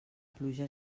pluja